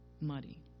muddy